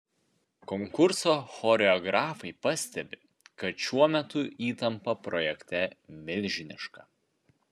konkurso choreografai pastebi kad šiuo metu įtampa projekte milžiniška